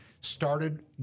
started